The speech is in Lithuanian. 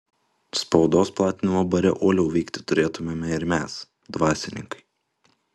spaudos platinimo bare uoliau veikti turėtumėme ir mes dvasininkai